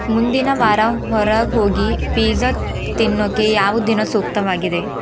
ಮುಂದಿನ ವಾರ ಹೊರ ಹೋಗಿ ಪಿಜಾ ತಿನ್ನೋಕೆ ಯಾವ ದಿನ ಸೂಕ್ತವಾಗಿದೆ